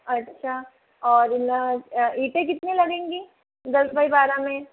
अच्छा और है न ईंटें कितनी लगेगी दस बाई बारह में